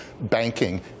banking